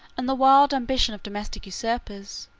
and the wild ambition of domestic usurpers,